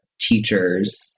teachers